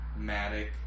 Matic